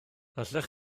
allech